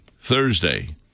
Thursday